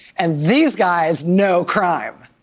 and these guys know crime.